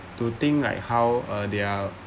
to think like how uh they are